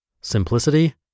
simplicity